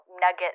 nugget